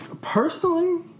personally